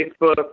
Facebook